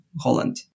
Holland